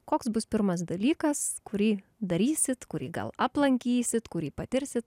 koks bus pirmas dalykas kurį darysit kurį gal aplankysit kurį patirsit